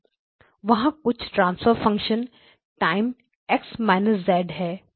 वहां कुछ transfer function time X − z है